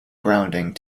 grounding